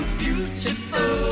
beautiful